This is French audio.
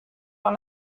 par